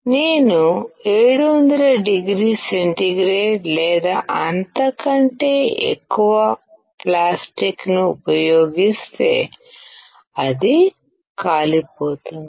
నేను 700oC లేదా అంతకంటే ఎక్కువ ప్లాస్టిక్ను ఉపయోగిస్తే అది కాలిపోతుంది